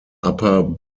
upper